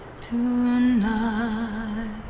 tonight